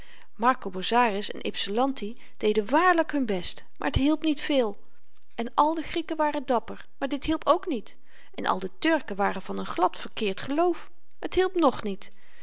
marko bozzaris en ypsilanti deden waarlyk hun best maar t hielp niet veel en al de grieken waren dapper maar dit hielp ook niet en al de turken waren van n glad verkeerd geloof t hielp nog niet